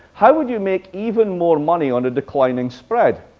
how would you make even more money on a declining spread?